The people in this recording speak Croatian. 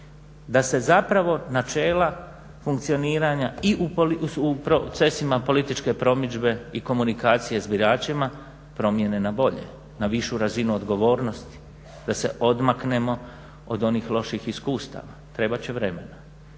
Da se zapravo načela funkcioniranja i u procesima političke promidžbe i komunikacije s biračima promjene na bolje, na višu razinu odgovornosti. Da se odmaknemo od onih loših iskustava, trebat će vremena.